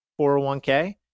401k